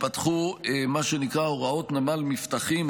מה שנקרא "הוראות נמל מבטחים",